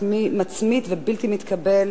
מצמית ובלתי מתקבל,